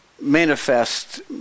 manifest